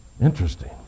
Interesting